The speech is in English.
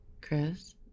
chris